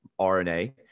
RNA